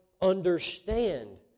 understand